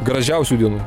gražiausių dienų